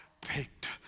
picked